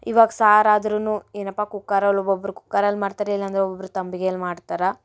ಇವಾಗ ಸಾರು ಆದ್ರೂ ಏನಪ್ಪ ಕುಕ್ಕರಲ್ಲಿ ಒಬ್ಬೊಬ್ಬರು ಕುಕ್ಕರಲ್ಲಿ ಮಾಡ್ತಾರೆ ಇಲ್ಲಾಂದರೆ ಒಬ್ಬೊಬ್ಬರು ತಂಬಿಗೆಲಿ ಮಾಡ್ತಾರ